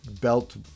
belt